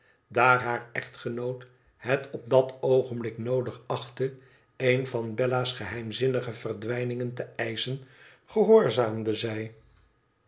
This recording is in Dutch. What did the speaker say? daar haar echtgenoot het op dat oogenbiik noodig achtte een van bella's geheimzinnige verdwijningen te eischen gehoorzaamde zij